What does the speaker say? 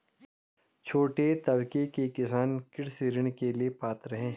छोटे तबके के किसान कृषि ऋण के लिए पात्र हैं?